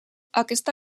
aquesta